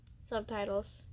subtitles